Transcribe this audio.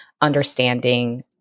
understanding